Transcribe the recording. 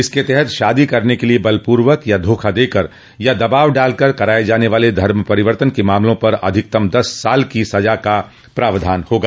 इसके तहत शादी करने के लिए बलपूर्वक या धोखा देकर अथवा दबाव डालकर कराए जाने वाले धर्म परिवर्तन के मामलों पर अधिकतम दस साल की सजा का प्रावधान होगा